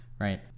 right